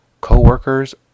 co-workers